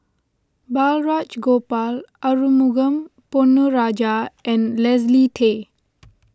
Balraj Gopal Arumugam Ponnu Rajah and Leslie Tay